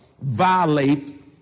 violate